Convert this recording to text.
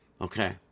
okay